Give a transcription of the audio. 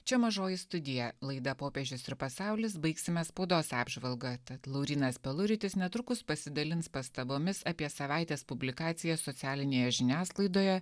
čia mažoji studija laida popiežius ir pasaulis baigsime spaudos apžvalga tad laurynas peluritis netrukus pasidalins pastabomis apie savaitės publikacijas socialinėje žiniasklaidoje